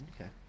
Okay